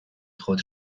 خود